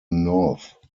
north